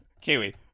Kiwi